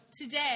today